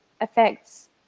affects